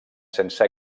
sense